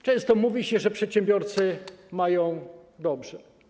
Często mówi się, że przedsiębiorcy mają dobrze.